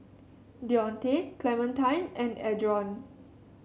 Dionte Clementine and Adron